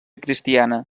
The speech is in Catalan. cristiana